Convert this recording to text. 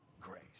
grace